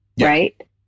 right